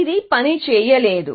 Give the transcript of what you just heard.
ఇది పని చేయలేదు